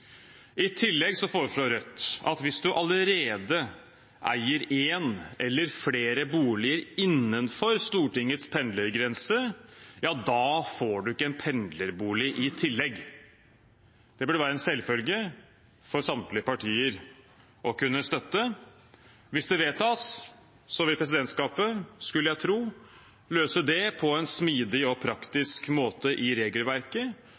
I tillegg foreslår Rødt at hvis du allerede eier én eller flere boliger innenfor Stortingets pendlergrense, får du ikke en pendlerbolig i tillegg. Det burde det være en selvfølge for samtlige partier å kunne støtte. Hvis det vedtas, skulle jeg tro presidentskapet vil løse det på en smidig og praktisk måte i regelverket